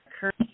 current